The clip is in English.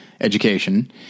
education